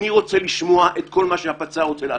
אני רוצה לשמוע את כל מה שהפצ"ר רוצה להשמיע.